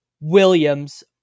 Williams